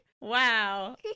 Wow